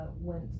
went